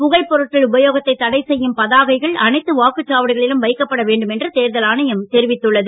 புகைப் பொருட்கள் உபயோகத்தை தடைசெய்யும் பதாகைகள் அனைத்து வாக்குச்சாவடிகளிலும் வைக்கப்பட வேண்டும் என்று தேர்தல் ஆணையம் தெரிவித்துள்ளது